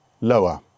lower